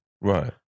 Right